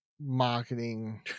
marketing